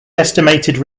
estimated